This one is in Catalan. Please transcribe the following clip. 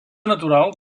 natural